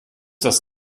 das